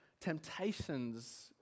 temptations